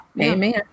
amen